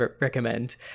recommend